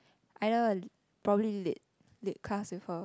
either probably late late class with her